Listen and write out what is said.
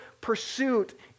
pursuit